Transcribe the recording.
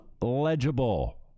legible